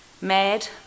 MAD